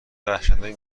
وحشتناکی